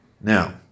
Now